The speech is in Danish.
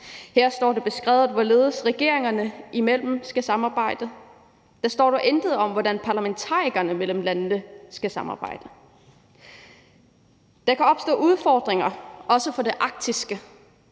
Her står det beskrevet, hvorledes regeringerne skal samarbejde. Der står dog intet om, hvordan parlamentarikerne i landene skal samarbejde. Der kan opstå udfordringer også for det arktiske